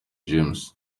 james